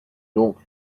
donc